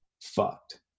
fucked